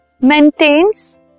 maintains